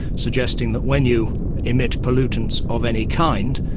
suggesting that when you emit pollutants of any kind,